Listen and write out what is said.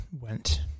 went